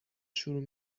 شروع